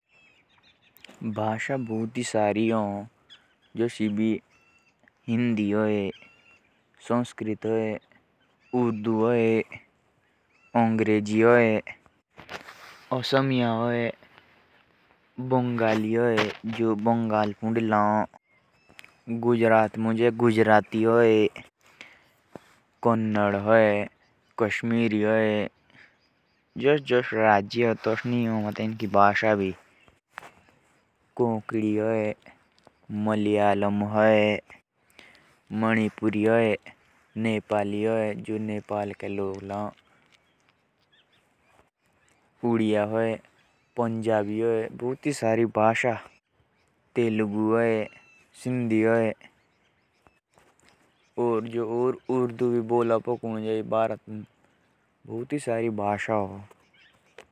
उर्दू। Hindi. Malayalam. Manipuri. Nepali. Punjabi. Telugu. Sindhi. Bangla. Marathi. Assamese. Bhojpuri. Kashmiri. बिहारी।